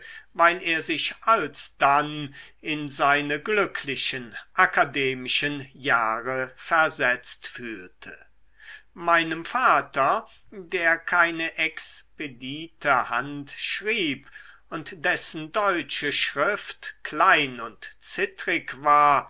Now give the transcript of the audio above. weil er sich alsdann in seine glücklichen akademischen jahre versetzt fühlte meinem vater der keine expedite hand schrieb und dessen deutsche schrift klein und zittrig war